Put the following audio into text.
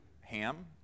Ham